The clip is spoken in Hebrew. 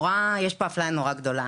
יש פה אפליה נורא גדולה.